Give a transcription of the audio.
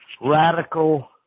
radical